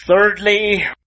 Thirdly